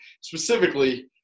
specifically